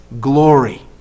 glory